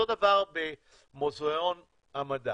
אותו דבר במוזיאון המדע